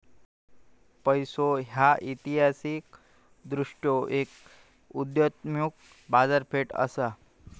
पैसो ह्या ऐतिहासिकदृष्ट्यो एक उदयोन्मुख बाजारपेठ असा